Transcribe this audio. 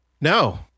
No